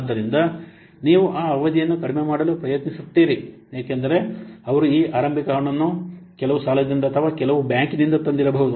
ಆದ್ದರಿಂದ ನೀವು ಆ ಅವಧಿಯನ್ನು ಕಡಿಮೆ ಮಾಡಲು ಪ್ರಯತ್ನಿಸುತ್ತೀರಿ ಏಕೆಂದರೆ ಅವರು ಈ ಆರಂಭಿಕ ಹಣವನ್ನು ಕೆಲವು ಸಾಲದಿಂದ ಅಥವಾ ಕೆಲವು ಬ್ಯಾಂಕಿನಿಂದ ತಂದಿರಬಹುದು